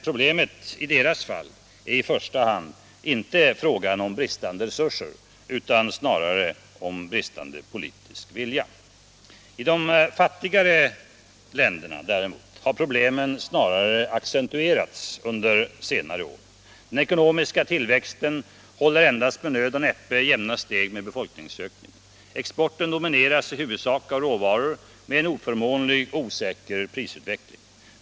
Det är i deras fall inte i första hand fråga om bristande resurser utan snarare om bristande politisk vilja. I de fattigaste länderna har problemen snarast accentuerats under senare år. Den ekonomiska tillväxten håller endast med nöd och näppe jämna steg med befolkningsökningen. Exporten domineras i huvudsak av råvaror med oförmånlig och osäker prisutveckling.